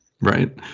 Right